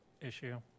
issue